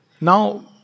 Now